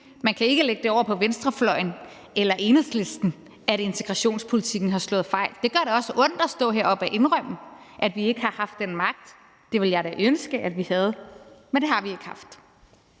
at man ikke kan lægge det over på venstrefløjen eller Enhedslisten, at integrationspolitikken har slået fejl. Det gør da også ondt at stå heroppe og indrømme, at vi ikke har haft den magt. Det ville jeg da ønske at vi havde. Men det har vi ikke haft.